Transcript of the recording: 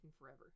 forever